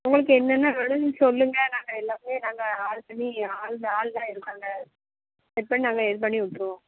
உங்களுக்கு என்னென்ன வேணும் சொல்லுங்கள் நாங்கள் எல்லாமே நாங்கள் ஆள் பண்ணி ஆள் ஆள் எல்லாம் இருக்காங்க செட் பண்ணி நாங்கள் இது பண்ணி விட்டுருவோம்